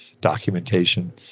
documentation